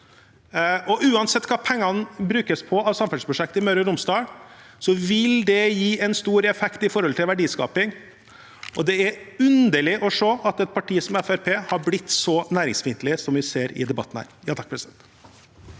Uansett hva pengene brukes på av samferdselsprosjekter i Møre og Romsdal, vil det gi en stor effekt med tanke på verdiskaping. Det er underlig å se at et parti som Fremskrittspartiet har blitt så næringsfiendtlig som det vi ser i debatten her.